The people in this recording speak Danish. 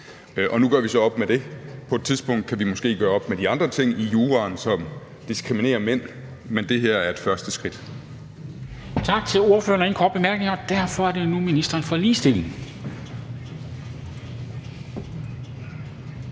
og nu gør vi så op med det. På et tidspunkt kan vi måske gøre op med de andre ting i juraen, som diskriminerer mænd, men det her er et første skridt. Kl. 13:58 Formanden (Henrik Dam Kristensen): Tak til ordføreren. Der er ingen korte bemærkninger, og derfor er det nu ministeren for ligestilling. Kl.